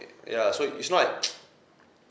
ya so it's not